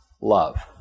love